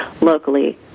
locally